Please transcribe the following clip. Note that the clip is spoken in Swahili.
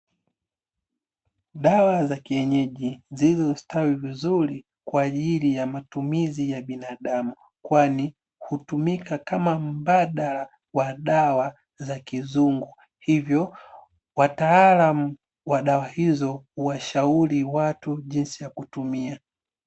Dawa za kienyeji zilizostawi vizuri kwa ajili ya matumizi ya binadamu kwani hutumika kama mbadala wa dawa za kizungu hivyo wataalamu wa dawa hizo huwashauri watu jinsi ya kutumia.